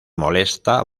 molesta